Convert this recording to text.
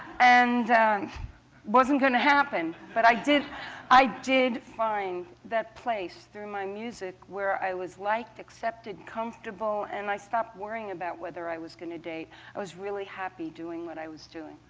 and it wasn't going to happen. but i did i did find that place through my music, where i was like, accepted, comfortable, and i stopped worrying about whether i was going to date. i was really happy doing what i was doing.